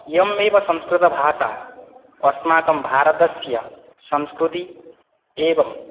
इयम् एव संस्कृतभाषा अस्माकं भारतस्य संस्कृति एवं